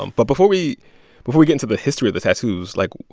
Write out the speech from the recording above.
um but before we before we get into the history of the tattoos, like,